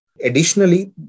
Additionally